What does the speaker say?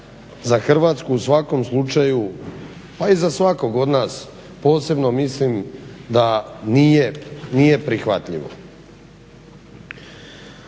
za Hrvatsku u svakom slučaju pa i za svakog od nas posebno mislim da nije prihvatljivo.